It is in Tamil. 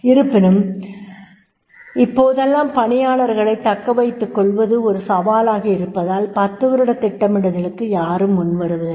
இருப்பினும் இப்போதெல்லாம் பணியாளர்களை தக்கவைத்துக்கொள்வது ஒரு சவாலாக இருப்பதால் 10 வருட திட்டமிடலுக்கு யாரும் முன்வருவதில்லை